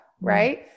right